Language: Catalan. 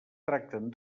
tracten